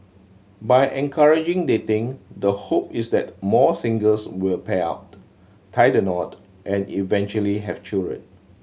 by encouraging dating the hope is that more singles will pair up tie the knot and eventually have children